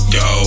go